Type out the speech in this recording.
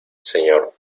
señor